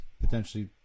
potentially